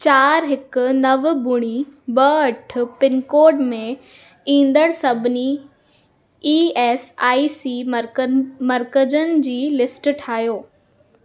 चारि हिकु नव ॿुड़ी ॿ अठ पिनकोड में ईंदड़ सभिनी ई एस आई सी मर्कनि मर्कज़नि जी लिस्ट ठाहियो